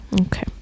Okay